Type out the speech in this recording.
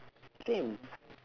same